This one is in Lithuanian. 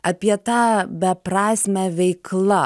apie tą beprasmę veikla